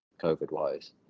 COVID-wise